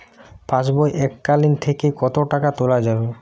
পাশবই এককালীন থেকে কত টাকা তোলা যাবে?